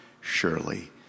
surely